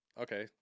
Okay